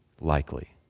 likely